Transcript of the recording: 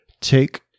take